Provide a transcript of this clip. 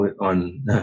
on